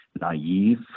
naive